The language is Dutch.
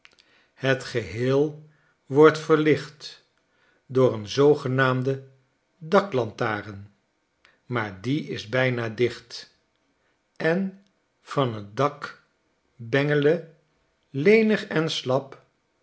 het geheel wordt verlicht door een zoogenaamde daklantaren maar die is bijna dicht en van t dak bengelen lenig en slap